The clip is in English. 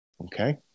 Okay